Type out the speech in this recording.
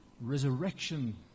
Resurrection